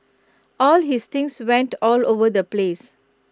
all his things went all over the place